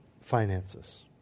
finances